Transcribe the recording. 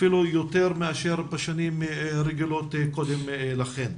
אפילו יותר מאשר בשנים רגילות קודם לכן.